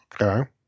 Okay